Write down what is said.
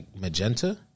magenta